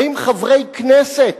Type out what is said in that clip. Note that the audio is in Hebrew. האם חברי כנסת